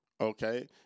Okay